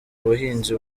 buhinzi